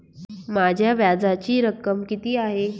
माझ्या व्याजाची रक्कम किती आहे?